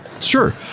Sure